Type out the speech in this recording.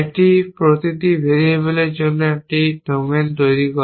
এটি প্রতিটি ভেরিয়েবলের জন্য একটি ডোমেন তৈরি করে